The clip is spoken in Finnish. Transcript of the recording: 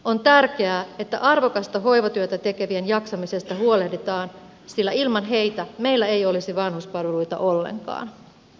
on tärkeää että arvokasta hoivatyötä tekevien jaksamisesta huolehditaan sillä ilman heitä meillä ei olisi vanhustenpalveluita ollenkaan